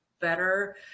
better